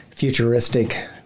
futuristic